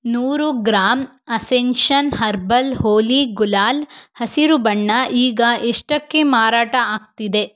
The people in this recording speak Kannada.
ನೂರು gram Ascension herbal Holi gulal ಹಸಿರು ಬಣ್ಣ ಈಗ ಎಷ್ಟಕ್ಕೆ ಮಾರಾಟ ಆಗ್ತಿದೆ